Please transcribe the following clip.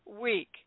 week